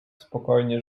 spokojnie